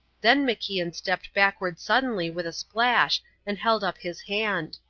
then macian stepped backward suddenly with a splash and held up his hand.